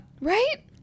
right